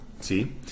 See